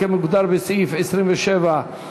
כמוגדר בסעיף 27(2)